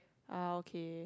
ah okay